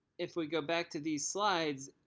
if we go back to these slides,